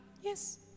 Yes